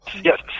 Yes